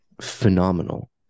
phenomenal